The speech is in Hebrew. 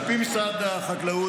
על פי משרד החקלאות,